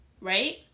right